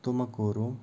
Tumakuru